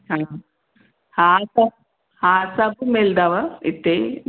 हा हा सभु हा सभु मिलंदव इते